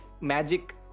magic